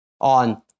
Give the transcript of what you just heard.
on